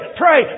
pray